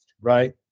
Right